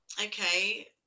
Okay